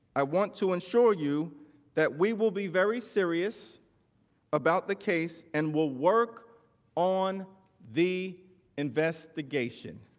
i want to ensure you that we will be very serious about the case and will work on the investigation.